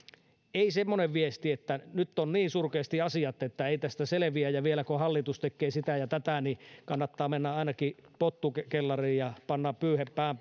ei semmoinen viesti että nyt ovat niin surkeasti asiat että ei tästä selviä ja vielä kun hallitus tekee sitä ja tätä niin kannattaa mennä ainakin pottukellariin ja panna pyyhe pään